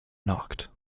knocked